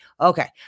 Okay